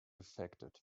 affected